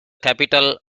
capital